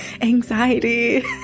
Anxiety